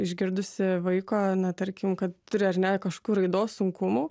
išgirdusi vaiko na tarkim kad turi ar ne kažkur raidos sunkumų